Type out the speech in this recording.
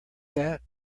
that